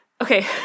Okay